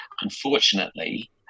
Unfortunately